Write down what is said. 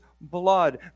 blood